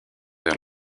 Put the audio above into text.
vers